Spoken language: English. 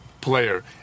player